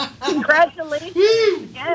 Congratulations